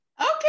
okay